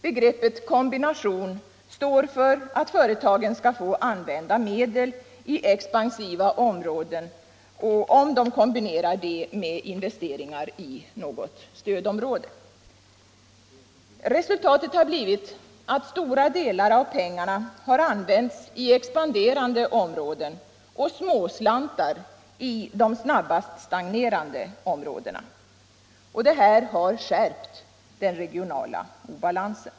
Begreppet ”kombination” står för att företagen skall få använda medel i expansiva områden, om de kombinerar detta med investering i något stödområde. Resultatet har blivit att stora delar av pengarna använts i expanderande områden och småslantar i de snabbast stagnerande områdena. Detta har skärpt den regionala obalansen.